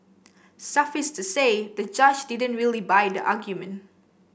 suffice to say the judge didn't really buy the argument